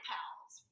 Pals